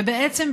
ובעצם,